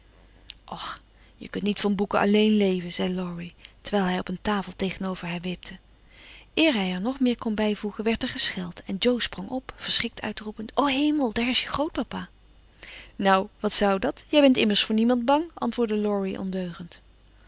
och je kunt niet van boeken alleen leven zei laurie terwijl hij op een tafel tegenover haar wipte eer hij er nog meer kon bijvoegen werd er gescheld en jo sprong op verschrikt uitroepend o hemel daar is je grootpapa nou wat zou dat jij bent immers voor niemand bang antwoordde laurie ondeugend